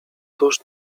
tuż